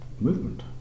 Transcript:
movement